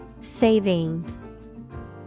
Saving